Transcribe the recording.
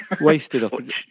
wasted